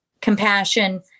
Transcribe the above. compassion